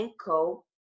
Co